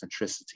centricity